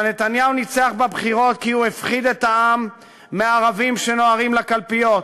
אבל נתניהו ניצח בבחירות כי הוא הפחיד את העם מערבים שנוהרים לקלפיות.